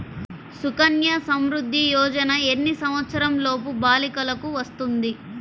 సుకన్య సంవృధ్ది యోజన ఎన్ని సంవత్సరంలోపు బాలికలకు వస్తుంది?